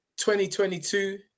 2022